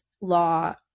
law